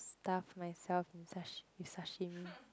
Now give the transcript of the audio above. stuff myself with sashi~ sashimi